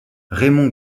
raymond